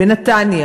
בנתניה,